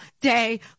day